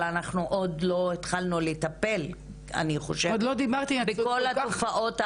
אבל אנחנו עוד לא התחלנו לטפל בכל התופעות הנפשיות.